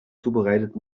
zubereitet